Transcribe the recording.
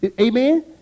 amen